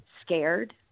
scared